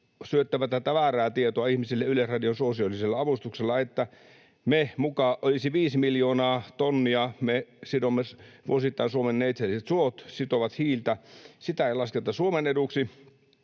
syöttävät tätä väärää tietoa ihmisille Yleisradion suosiollisella avustuksella, että kun viisi miljoonaa tonnia vuosittain meidän Suomen neitseelliset suot sitovat hiiltä, niin sitä ei lasketa Suomen eduksi